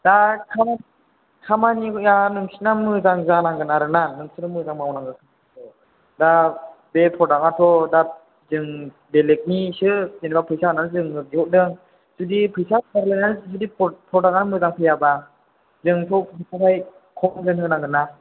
दा खामानिया नोंसिना मोजां जानांगोन आरो ना नोंसोरो मोजां मावनांगोन दा बे प्रडाक्टआथ' दा जों बेलेगनिसो जेनेबा फैसा होनानै जोंबो बिहरदों जुदि फैसा होलायलायनानै जुदि प्रडाक्टआ मोजां फैयाब्ला जोंथ' बेखौहाय कफ्लेन होनांगोन ना